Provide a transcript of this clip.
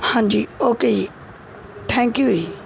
ਹਾਂਜੀ ਓਕੇ ਜੀ thank you ਜੀ